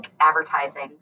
advertising